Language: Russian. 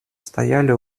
стояли